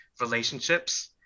relationships